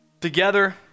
together